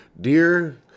Dear